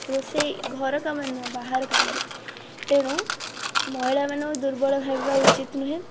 ରୋଷେଇ ଘର କାମରେ ନୁହଁ ବାହାର କାମରେ ତେଣୁ ମହିଳାମାନ ଦୁର୍ବଳ ଭାବିବା ଉଚିତ ନୁହେଁ